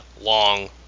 long